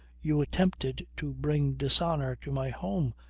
you attempted to bring dishonour to my home,